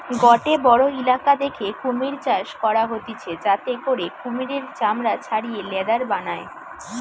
গটে বড়ো ইলাকা দ্যাখে কুমির চাষ করা হতিছে যাতে করে কুমিরের চামড়া ছাড়িয়ে লেদার বানায়